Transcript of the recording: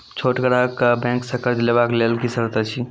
छोट ग्राहक कअ बैंक सऽ कर्ज लेवाक लेल की सर्त अछि?